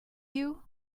you